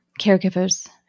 caregivers